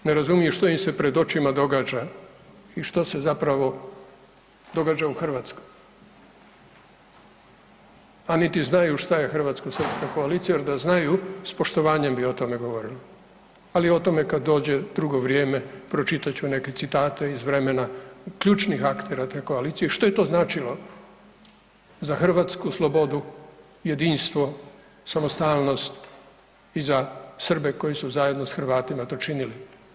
Ne razumiju što im se pred očima događa i što se zapravo događa u Hrvatskoj, a niti znaju što je hrvatsko-srpska koalicija jer da znaju s poštovanjem bi o tome govorili, ali o tome kad dođe drugo vrijeme pročitat ću neke citate iz vremena ključnih aktera te koalicije što je to značilo za hrvatsku slobodu, jedinstvo, samostalnost i za Srbe koji su zajedno s Hrvatima to činili.